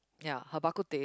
ya her bak-kut-teh